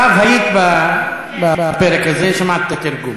מירב, היית בפרק הזה, שמעת את התרגום.